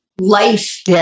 life